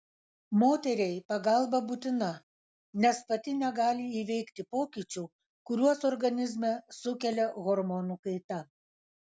moteriai pagalba būtina nes pati negali įveikti pokyčių kuriuos organizme sukelia hormonų kaita